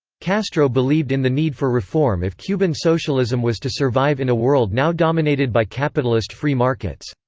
castro believed in the need for reform if cuban socialism was to survive in a world now dominated by capitalist free markets.